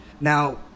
Now